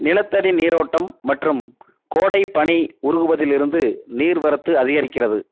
நிலத்தடி நீரோட்டம் மற்றும் கோடை பனி உருகுவதிலிருந்து நீர் வரத்து அதிகரிக்கிறது